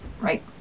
right